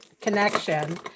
connection